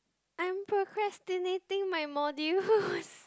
I'm procrastinating my module